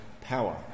power